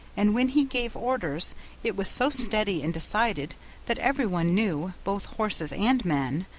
and when he gave orders it was so steady and decided that every one knew, both horses and men,